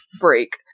break